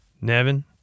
Nevin